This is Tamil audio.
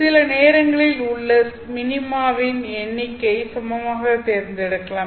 சில நேரங்களில் உள்ளே மினிமாவின் எண்ணிக்கையை சமமாகத் தேர்ந்தெடுத்திருக்கலாம்